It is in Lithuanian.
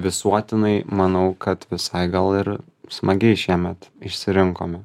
visuotinai manau kad visai gal ir smagiai šiemet išsirinkome